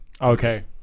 Okay